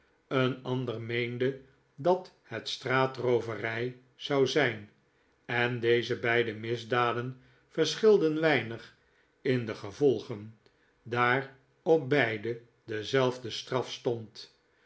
een ander meende dat het straatroovery zou zijn en deze beide misdaden verschilden weinig in de gevolgen daar op beide dezelfde straf stond